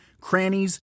crannies